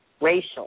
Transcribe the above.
racial